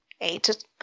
eight